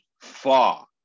far